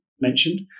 mentioned